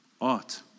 art